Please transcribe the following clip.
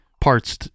parts